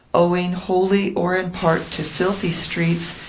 owing wholly or in part to filthy streets,